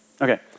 Okay